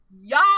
Y'all